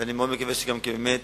ואני מקווה מאוד שבאמת